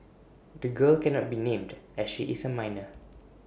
the girl cannot be named as she is A minor